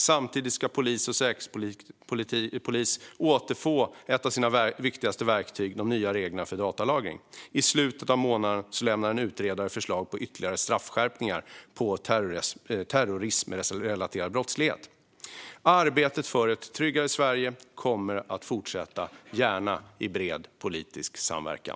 Samtidigt ska polis och säkerhetspolis återfå ett av sina viktigaste verktyg genom de nya reglerna för datalagring. I slutet av månaden lämnar en utredare förslag på ytterligare straffskärpningar när det gäller terrorismrelaterad brottslighet. Arbetet för ett tryggare Sverige kommer att fortsätta, gärna i bred politisk samverkan.